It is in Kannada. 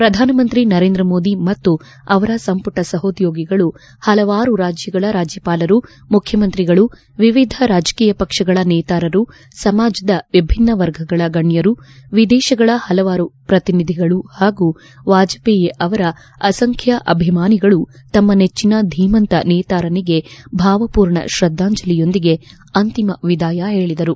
ಪ್ರಧಾನಮಂತ್ರಿ ನರೇಂದ್ರ ಮೋದಿ ಮತ್ತು ಅವರ ಸಂಪುಟ ಸಹೋದ್ದೋಗಿಗಳು ಹಲವಾರು ರಾಜ್ಜಗಳ ರಾಜ್ಯಪಾಲರು ಮುಖ್ಚಮಂತ್ರಿಗಳು ವಿವಿಧ ರಾಜಕೀಯ ಪಕ್ಷಗಳ ನೇತಾರರು ಸಮಾಜದ ವಿಭಿನ್ನ ವರ್ಗಗಳ ಗಣ್ಯರು ವಿದೇಶಗಳ ಪಲವಾರು ಪ್ರತಿನಿಧಿಗಳು ಹಾಗೂ ವಾಜಪೇಯಿ ಅವರ ಅಸಂಖ್ಯ ಅಭಿಮಾನಿಗಳು ತಮ್ನ ನೆಜ್ಜನ ಧೀಮಂತ ನೇತಾರನಿಗೆ ಭಾವರ್ಮೂರ್ಣ ಶ್ರದ್ದಾಂಜಲಿಯೊಂದಿಗೆ ಅಂತಿಮ ವಿದಾಯ ಹೇಳಿದರು